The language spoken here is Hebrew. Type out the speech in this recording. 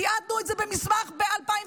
תיעדנו את זה במסמך ב-2017.